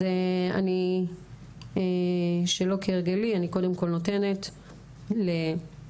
אז אני שלא כהרגלי, אני קודם כל נותנת לאורית